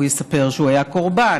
הוא יספר שהוא היה קורבן,